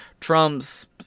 Trump's